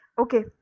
Okay